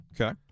Okay